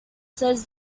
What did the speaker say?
says